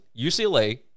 UCLA